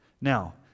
Now